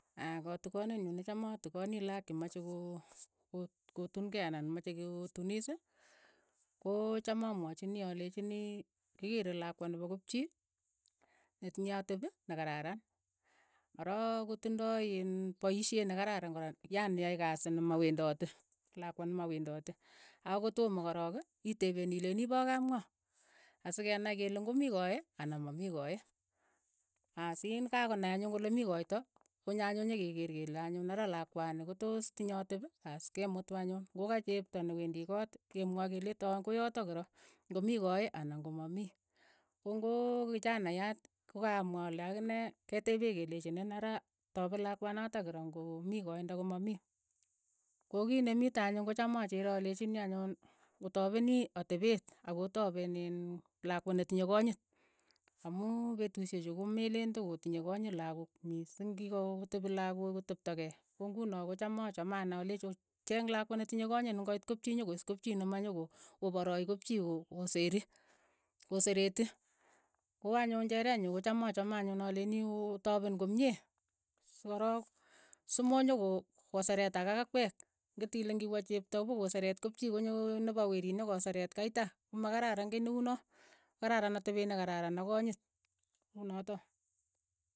katigonet nyuu ne chaam atikoni lakok che moche koo- ko kotuun kei anan mache kotunis, ko cham amwachini alechini ki keere lakwa nepo kapchii, netinye atep ne kararan, arok kotindoi iin paisheet ne kararan kora, yani yae kasi ne mawendati, lakwa nee mawendoti, aak ko tomo korook, itepeen ileeini ipo kap ngoo, asikenai kele ngo mii koe anan ma mii koe, aas iin ka konai anyun kole mii koito, konyo anyun nye kekeer kele anyun ara lakwani ko toos tinye atep, aas, ke mutu anyun, ng'o ka chepto ne wendii koot ke mwae ke leen taeen kooyotok kiro, ngo mii koe anan ko mamii, ko ngoo kichanayaat, ko kamwaa ale akine ke tepee kelechinin ara tapeen lakwanotok kiro ngo mii koe nda ko mamii, ko kii nemito anyun ko cham achere alechini anyun otapenii atepeet ak otapen iin lakwa netinye konyit, amu petushechu ko meleen to ko tinye konyit lakook mising kikotepi lakoi kotepto kei, ko ng'uno ko cham achamei ane alech ocheeng' lakwa netinye konyit ne ngoit kopchii nyo koiis kopchi ne ma nyoko ko parai ko- koseri ko sereeti, ko anyun chereet nyu ko cham achame anyun alechini oo- otapen komye si ko rook so mo nyo ko ko seretaak ak akwek, nge tile ngiwa chepto po ko sereet kopchi ko nyoo nepo werit nokoreseet kaita, ko ma kararan kei ne uu noo, kararan atepeet nekararan ak konyit unotok.